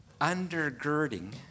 undergirding